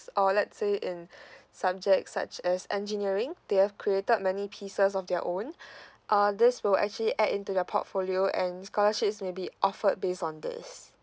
or let's say in subject such as engineering they have created many pieces of their own uh this will actually add into their portfolio and scholarships may be offered based on this